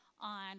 on